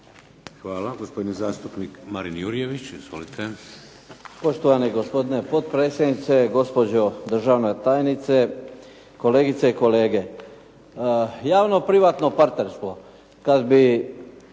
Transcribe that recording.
Hvala. Gospodin zastupnik Marin Jurjević. Izvolite. **Jurjević, Marin (SDP)** Poštovani gospodine potpredsjedniče, gospođo državna tajnice, kolegice i kolege. Javno-privatno partnerstvo kada bi